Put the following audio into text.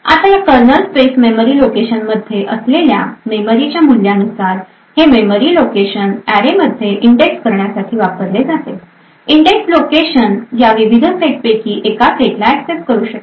आता या kernel space memory location मध्ये असलेल्या मेमरीच्या मूल्यानुसार हे मेमरी लोकेशन अॅरेमध्ये इंडेक्स करण्यासाठी वापरले जाते इंडेक्स लोकेशन या विविध सेट पैकी एका सेटला ऍक्सेस करू शकते